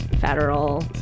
federal